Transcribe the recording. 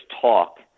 talk